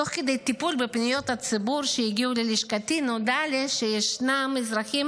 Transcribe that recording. תוך כדי טיפול בפניות הציבור ללשכתי נודע לי שישנם אזרחים